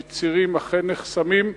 צירים אכן נחסמים,